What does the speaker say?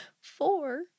Four